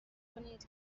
کنید